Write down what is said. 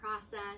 process